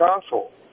console